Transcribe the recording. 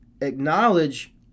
acknowledge